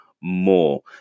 More